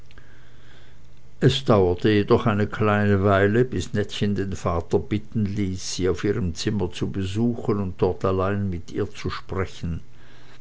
es dauerte jedoch eine kleine weile bis nettchen den vater bitten ließ sie auf ihrem zimmer zu besuchen und dort allein mit ihr zu sprechen